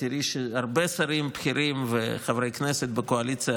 את תראי שהרבה שרים בכירים וחברי כנסת בקואליציה